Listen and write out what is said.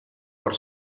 por